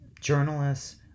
journalists